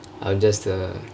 I'm just a